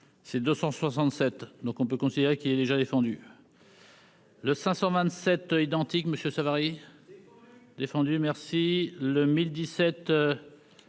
Ces 267 donc on peut considérer qu'il est déjà défendu. Le 527 identique Monsieur Savary défendu merci le 1017,